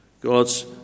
God's